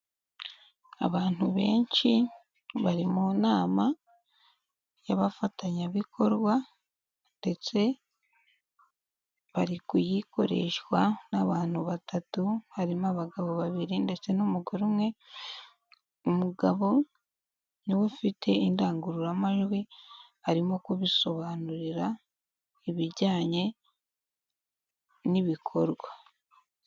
Abantu benshi bari mu nama yabafatanyabikorwa, ndetse bari kuyikoreshwa n'abantu batatu harimo abagabo babiri ndetse n'umugore umwe, umugabo niwe ufite indangururamajwi, arimo kubisobanurira ibijyanye n'ibikorwa.